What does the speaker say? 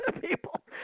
people